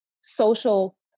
social